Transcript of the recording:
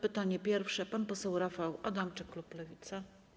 Pytanie pierwsze, pan poseł Rafał Adamczyk, klub Lewica.